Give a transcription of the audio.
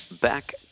back